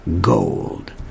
Gold